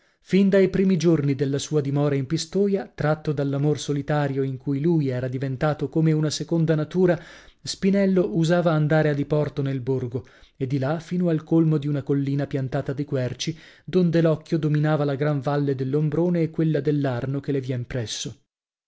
fin dai primi giorni della sua dimora in pistoia tratto dall'amor solitario che in lui era diventato come una seconda natura spinello usava andare a diporto nel borgo e di là fino al colmo di una collina piantata di querci donde l'occhio dominava la gran valle dell'ombrone e quella dell'arno che le vien presso